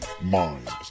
Minds